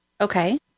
Okay